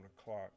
o'clock